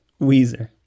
weezer